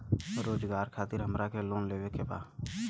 रोजगार खातीर हमरा के लोन लेवे के बा?